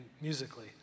musically